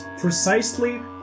precisely